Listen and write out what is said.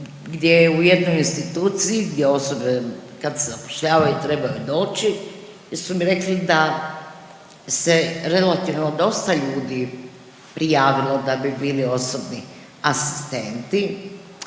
je u jednoj instituciji gdje osobe kad se zapošljavaju trebaju doći, gdje su mi rekli da se relativno dosta ljudi prijavilo da bi bili osobni asistenti,